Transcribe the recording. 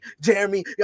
Jeremy